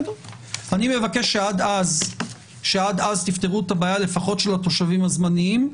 אני מבקש שעד אז תפתרו את הבעיה לפחות של התושבים הזמניים,